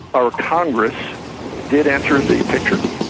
our congress did enter the picture,